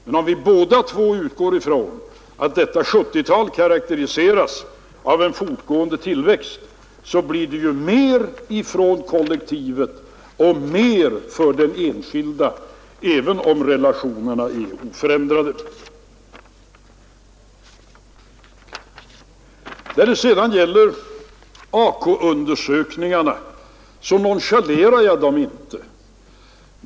Men om vi båda två utgår från att detta 1970-tal karakteriseras av en fortgående tillväxt, så blir det ju mer för kollektivet och mer för den enskilde, även om relationerna är oförändrade. När det sedan gäller AK-undersökningarna, så nonchalerar jag dem inte.